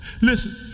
Listen